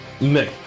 Nick